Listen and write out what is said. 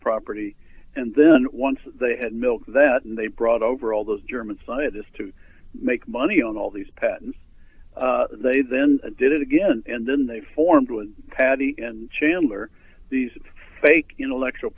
property and then once they had milked that and they brought over all those german scientists to make money on all these patents they then did it again and then they formed with patty and chandler these fake intellectual